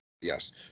Yes